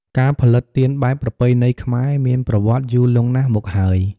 ការផលិតទៀនបែបប្រពៃណីខ្មែរ មានប្រវត្តិយូរលង់ណាស់មកហើយ។